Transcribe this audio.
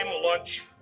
lunch